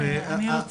אני רק,